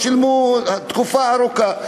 לא שילמו תקופה ארוכה.